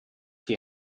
die